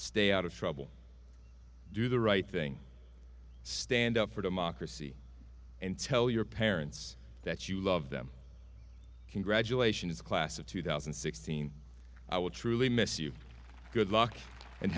stay out of trouble do the right thing stand up for democracy and tell your parents that you love them congratulations class of two thousand and sixteen i will truly miss you good luck and